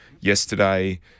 yesterday